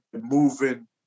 moving